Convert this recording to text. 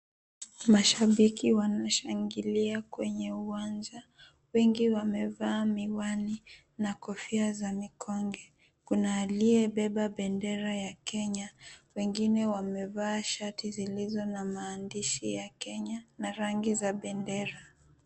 Mashabiki wanashangilia kwenye uwanja, wengi wamevaa miwani na kofia za mikonge, kuna aliyebeba bendera ya Kenya. Wengine wamevaa shati zilizo na maandishi ya Kenya na rangi za bendera.